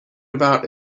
about